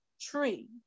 tree